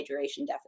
deficit